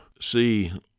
see